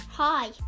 Hi